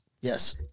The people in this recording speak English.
Yes